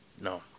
No